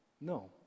no